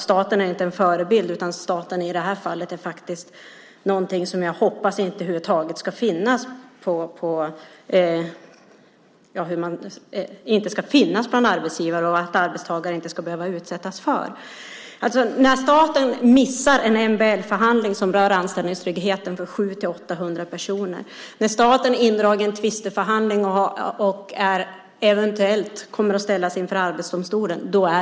Staten är ingen förebild utan i det här fallet faktiskt något som jag hoppas inte ska finnas bland arbetsgivare och som arbetstagare inte ska behöva utsättas för. Det är mycket allvarligt när staten missar en MBL-förhandling som rör anställningstryggheten för 700-800 personer och när staten är indragen i en tvisteförhandling och eventuellt kommer att ställas inför Arbetsdomstolen.